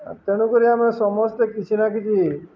ତେଣୁକରି ଆମେ ସମସ୍ତେ କିଛି ନା କିଛି